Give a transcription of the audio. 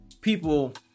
people